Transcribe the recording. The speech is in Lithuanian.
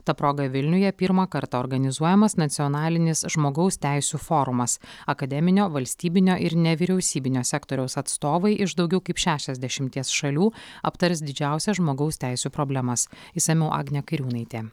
ta proga vilniuje pirmą kartą organizuojamas nacionalinis žmogaus teisių forumas akademinio valstybinio ir nevyriausybinio sektoriaus atstovai iš daugiau kaip šešiasdešimties šalių aptars didžiausias žmogaus teisių problemas išsamiau agnė kairiūnaitė